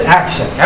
action